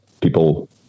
people